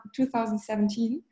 2017